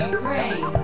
Great